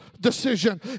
decision